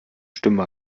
stimme